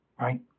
Right